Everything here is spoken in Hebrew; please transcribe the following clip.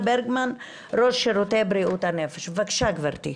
בבקשה, גברתי.